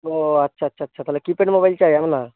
ও আচ্ছা আচ্ছা আচ্ছা তাহলে কীপ্যাড মোবাইল চাই আপনার